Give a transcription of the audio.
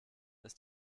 ist